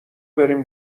بریم